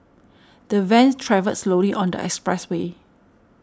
the van travelled slowly on the expressway